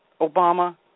Obama